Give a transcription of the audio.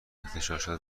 اغتشاشات